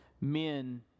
men